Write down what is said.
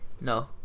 no